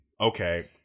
Okay